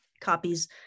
copies